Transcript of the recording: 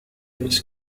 المنزل